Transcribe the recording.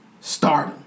start